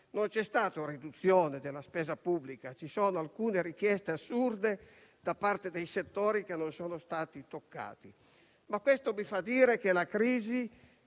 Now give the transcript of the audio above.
Non c'è stata riduzione della spesa pubblica, ma ci sono alcune richieste assurde da parte di settori che non sono stati toccati. Questo mi fa dire che la crisi